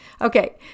Okay